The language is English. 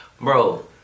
bro